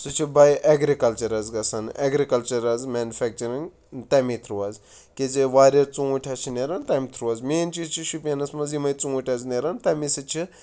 سُہ چھُ بَے اٮ۪گرِکَلچَر حظ گژھان اٮ۪گرِکَلچَر حظ مٮ۪نِفٮ۪کچٕرِنٛگ تَمی تھرٛوٗ حظ کیٛازِ واریاہ ژوٗنٛٹھۍ حظ چھِ نیران تَمہِ تھرٛوٗ حظ مین چیٖز چھُ شُپینَس منٛز یِمَے ژوٗنٛٹھۍ حظ نیران تَمی سۭتۍ چھِ